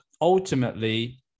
ultimately